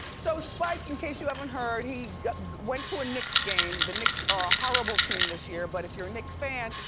so spike, in case you haven't heard, he went to a knicks game. the knicks are a horrible team this year but if you're a knicks fan,